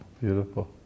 beautiful